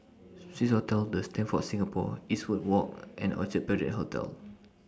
Swissotel The Stamford Singapore Eastwood Walk and Orchard Parade Hotel